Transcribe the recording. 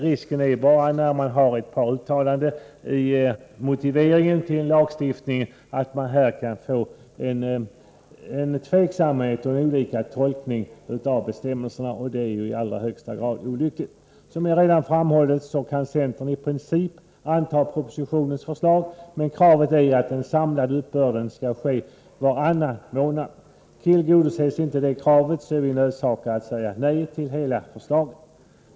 Risken är bara att vi, när det finns olika uttalanden i motiveringen till lagstiftningen, kan få en tveksamhet och varierande tolkningar av bestämmelserna, vilket i allra högsta grad vore olyckligt. Som jag redan framhållit kan centern i princip anta propositionens förslag, men kravet är att den samlade uppbörden skall ske varannan månad. Tillgodoses inte det kravet, är vi nödsakade att säga nej till hela förslaget.